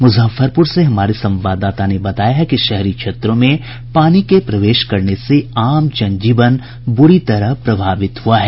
मुजफ्फरपुर से हमारे संवाददाता ने बताया है कि शहरी क्षेत्रों में पानी के प्रवेश करने से आम जनजीवन बुरी तरह प्रभावित हुआ है